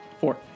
Four